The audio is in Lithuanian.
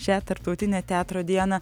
šią tarptautinę teatro dieną